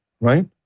Right